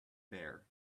bear